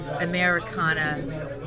Americana